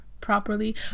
properly